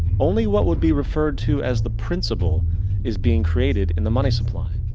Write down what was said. only what would be refered to as the principal is been created in the money supply.